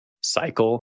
cycle